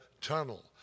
tunnel